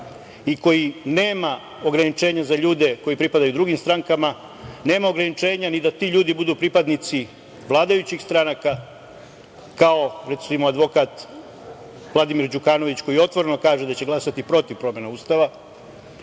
i koji nema ograničenje za ljude koji pripadaju drugim strankama, nema ograničenja ni da ti ljudi budu pripadnici vladajućih stranaka, kao recimo advokat Vladimir Đukanović koji otvoreno kaže da će glasati protiv promene Ustava,